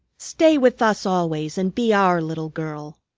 stay with us always and be our little girl.